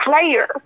player